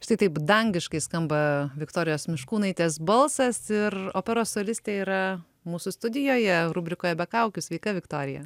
štai taip dangiškai skamba viktorijos miškūnaitės balsas ir operos solistė yra mūsų studijoje rubrikoje be kaukių sveika viktorija